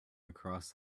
across